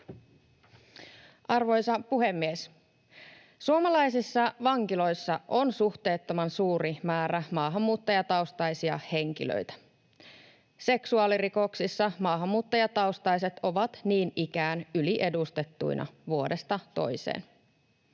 Arvoisa puhemies! Suomalaisissa vankiloissa on suhteettoman suuri määrä maahanmuuttajataustaisia henkilöitä. Seksuaalirikoksissa maahanmuuttajataustaiset ovat niin ikään yliedustettuina vuodesta toiseen.